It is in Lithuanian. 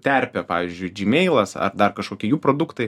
terpė pavyzdžiui džimeilas ar dar kažkokie jų produktai